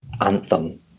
anthem